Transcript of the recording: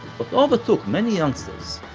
but overtook many youngsters,